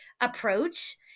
approach